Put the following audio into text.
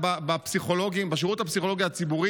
בפנייה נוספת ליושב-ראש הכנסת,